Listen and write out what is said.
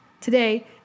Today